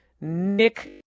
Nick